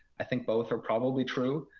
i think both are probably true.